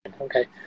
Okay